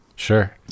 Sure